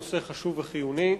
נושא חשוב וחיוני.